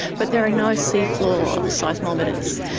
but there are no seafloor seismometers.